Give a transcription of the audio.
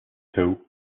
two